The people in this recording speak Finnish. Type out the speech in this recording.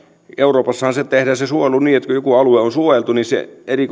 euroopassahan tehdään se suojelu niin että kun joku alue on suojeltu niin